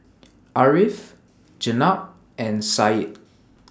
Ariff Jenab and Syed